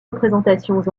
représentations